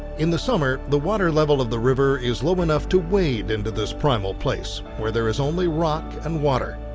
in the summer the water level of the river is low enough to wade into this primal place where there is only rock and water.